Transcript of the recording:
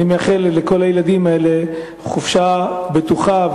אני מאחל לכל הילדים האלה חופשה בטוחה,